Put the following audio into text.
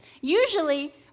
usually